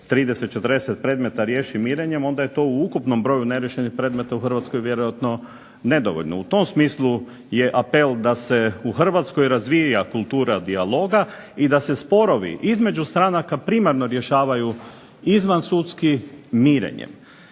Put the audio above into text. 30, 40 predmeta riješi mirenjem, onda je to u ukupnom broju neriješenih predmeta u Hrvatskoj vjerojatno nedovoljno. U tom smislu je apel da se u Hrvatskoj razvija kultura dijaloga i da se sporovi između stranaka primarno rješavaju izvansudskim mirenjem.